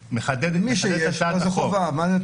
מי שיש לו זו חובה.